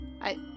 I-